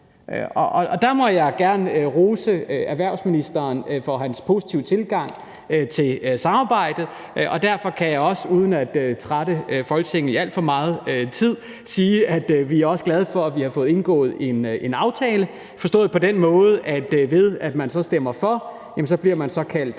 og der vil jeg gerne rose erhvervsministeren for hans positive tilgang til samarbejde. Derfor kan jeg også, uden at trætte Folketinget i alt for meget tid, sige, at vi er glade for, at vi har fået indgået en aftale, forstået på den måde, at ved at man stemmer for, bliver man et såkaldt